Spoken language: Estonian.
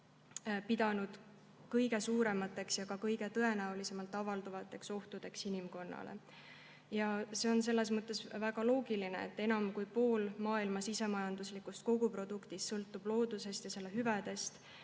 peetud kõige suuremateks ja ühtlasi kõige tõenäolisemalt avalduvateks ohtudeks inimkonnale. See on selles mõttes väga loogiline, et enam kui pool maailma sisemajanduse koguproduktist sõltub loodusest ja selle hüvedest